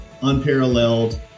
unparalleled